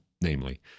namely